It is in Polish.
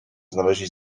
znaleźli